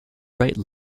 write